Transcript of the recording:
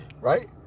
right